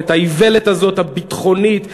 האיוולת הזאת הביטחונית הנוראית.